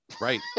Right